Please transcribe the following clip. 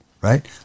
right